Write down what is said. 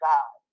God